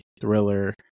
thriller